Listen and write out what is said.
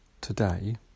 today